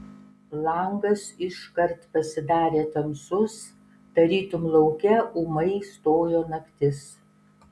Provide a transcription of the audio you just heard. langas iškart pasidarė tamsus tarytum lauke ūmai stojo naktis